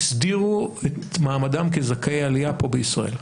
הסדירו את מעמדם כזכאי עלייה פה בישראל.